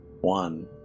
One